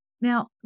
Now